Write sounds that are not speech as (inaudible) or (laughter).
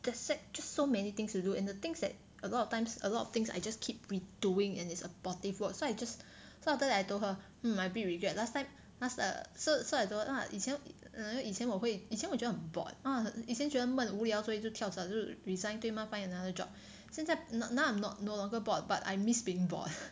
there's sec~ just so many things to do and the things that a lot of times a lot of things I just keep redoing and it's abortive work so I just so after that I told her hmm I a bit regret last time last err so so I don't know ah 以前以前我会以前我觉得很 bored (noise) 以前我觉得闷无聊所以就跳槽就 resign 对吗 find another job 现在 now I'm not no longer bored but I miss being bored